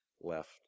left